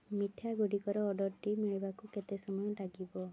ମିଠାଗୁଡ଼ିକର ଅର୍ଡ଼ର୍ଟି ମିଳିବାକୁ କେତେ ସମୟ ଲାଗିବ